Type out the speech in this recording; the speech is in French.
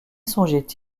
songeait